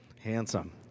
handsome